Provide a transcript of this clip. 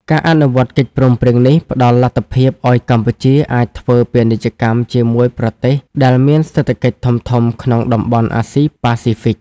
ការអនុវត្តកិច្ចព្រមព្រៀងនេះផ្ដល់លទ្ធភាពឱ្យកម្ពុជាអាចធ្វើពាណិជ្ជកម្មជាមួយប្រទេសដែលមានសេដ្ឋកិច្ចធំៗក្នុងតំបន់អាស៊ីប៉ាស៊ីហ្វិក។